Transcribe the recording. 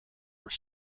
were